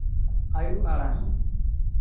ᱟᱹᱭᱩ ᱟᱲᱟᱝ